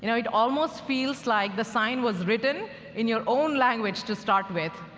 you know it almost feels like the sign was written in your own language to start with.